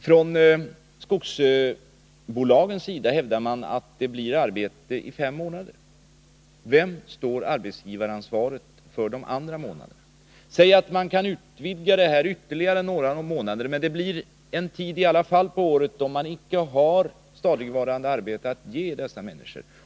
Från skogsbolagens sida hävdar man att det blir arbete i fem månader. Vem tar arbetsgivaransvaret för de andra månaderna? Låt oss säga att man kan utvidga arbetet ytterligare ett par månader — det blir i alla fall en tid på året då det inte finns stadigvarande arbete för dessa människor.